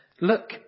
Look